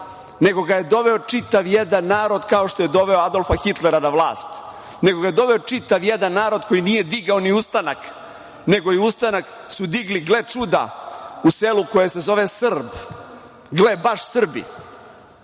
nego ga je doveo čitav jedan narod, kao što je doveo Adolfa Hitlera na vlast, nego ga je doveo čitav jedan narod koji nije digao ni ustanak, nego su ustanak digli, gle čuda, u selu koje se zove Srb, gle, baš Srbi.